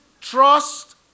trust